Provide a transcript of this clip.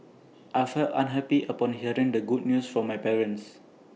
I felt happy upon hearing the good news from my parents